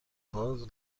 باز